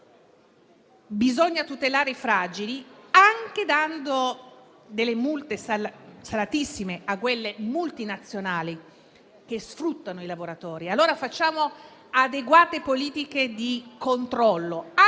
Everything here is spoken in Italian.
Bisogna tutelare i fragili, anche dando delle multe salatissime alle multinazionali che sfruttano i lavoratori. Facciamo allora adeguate politiche di controllo,